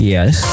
Yes